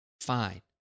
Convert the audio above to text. fine